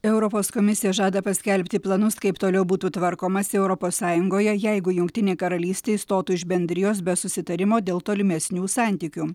europos komisija žada paskelbti planus kaip toliau būtų tvarkomasi europos sąjungoje jeigu jungtinė karalystė išstotų iš bendrijos be susitarimo dėl tolimesnių santykių